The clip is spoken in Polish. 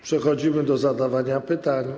Przechodzimy do zadawania pytań.